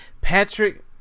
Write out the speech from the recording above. Patrick